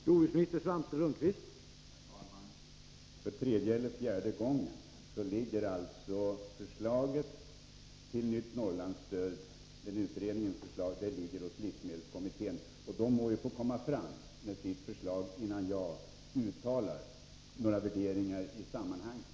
Herr talman! Låt mig för tredje eller fjärde gången säga att utredningens förslag till nytt Norrlandsstöd ligger hos livsmedelskommittén. Den må få framlägga sitt förslag innan jag uttalar några värderingar i sammanhanget.